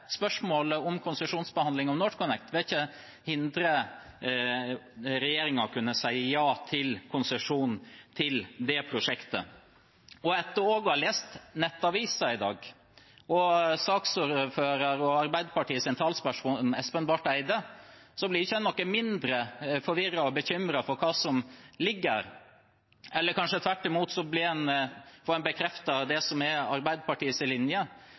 spørsmålet om konsesjonsbehandling av NorthConnect, vil ikke hindre regjeringen i å kunne si ja til konsesjon til det prosjektet. Og etter å ha lest Nettavisen i dag og hørt fra saksordfører og Arbeiderpartiets talsperson Espen Barth Eide blir en ikke noe mindre forvirret og bekymret over hva som ligger her. Kanskje får en tvert imot bekreftet det som er Arbeiderpartiets linje. Det som en nemlig er